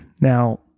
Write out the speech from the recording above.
Now